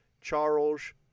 Charles